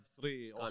three